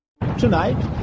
Tonight